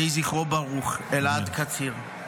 יהי זכרו ברוך, אלעד קציר.